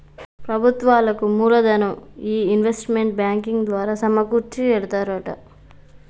ప్రభుత్వాలకు మూలదనం ఈ ఇన్వెస్ట్మెంట్ బ్యాంకింగ్ ద్వారా సమకూర్చి ఎడతారట